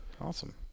Awesome